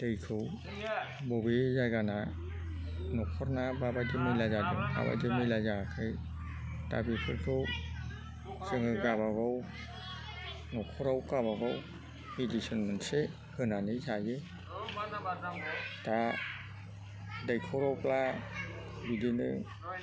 दैखौ बबे जायगाना न'खरना माबादि मैला जादों माबादि मैला जायाखै दा बेफोरखौ जोङो गाबा गाव न'खराव गावबा गाव मेडिसिन मोनसे होनानै जायो दा दैख'रावब्ला बिदिनो